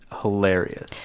hilarious